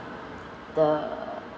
the